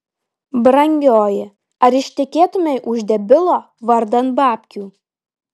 brangioji ar ištekėtumei už debilo vardan babkių